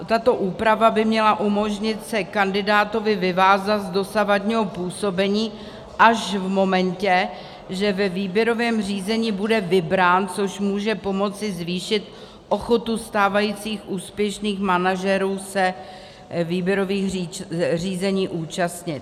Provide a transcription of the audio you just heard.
Tato úprava by měla umožnit se kandidátovi vyvázat z dosavadního působení až v momentě, že ve výběrovém řízení bude vybrán, což může pomoci zvýšit ochotu stávajících úspěšných manažerů se výběrových řízení účastnit.